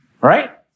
Right